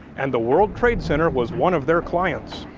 and the world trade center was one of their clients.